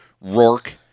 Rourke